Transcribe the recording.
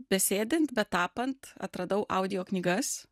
besėdint betapant atradau audioknygas